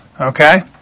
Okay